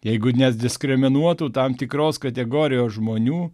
jeigu nediskriminuotų tam tikros kategorijos žmonių